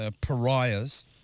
pariahs